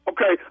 Okay